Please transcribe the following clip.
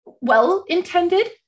well-intended